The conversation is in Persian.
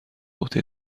عهده